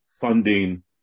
funding